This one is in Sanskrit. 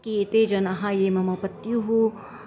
की एते जनाः ये मम पत्युः